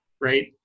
right